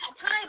time